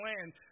land